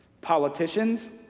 Politicians